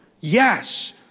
Yes